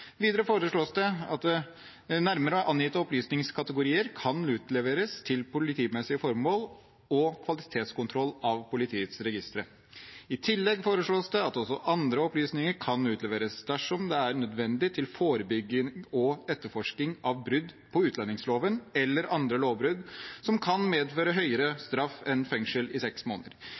Videre foreslås det at nærmere angitte opplysningskategorier kan utleveres til politimessige formål og kvalitetskontroll av politiets registre. I tillegg foreslås det at også andre opplysninger kan utleveres dersom det er nødvendig til forebygging og etterforsking av brudd på utlendingsloven, eller andre lovbrudd som kan medføre høyere straff enn fengsel i seks måneder.